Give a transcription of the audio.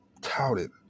touted